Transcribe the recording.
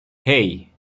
hey